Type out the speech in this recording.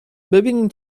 ببینین